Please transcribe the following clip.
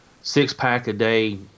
six-pack-a-day